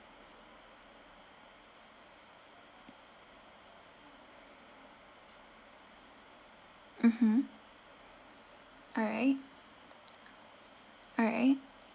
mmhmm alright alright